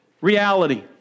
reality